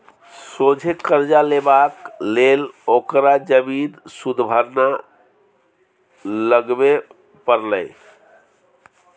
सोझे करजा लेबाक लेल ओकरा जमीन सुदभरना लगबे परलै